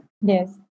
Yes